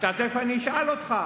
תיכף אני אשאל אותך.